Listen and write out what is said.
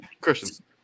Christian